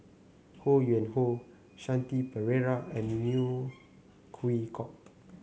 Ho Yuen Hoe Shanti Pereira and Neo Chwee Kok